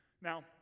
Now